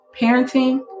parenting